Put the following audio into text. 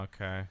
Okay